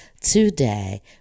today